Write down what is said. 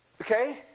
Okay